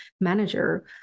manager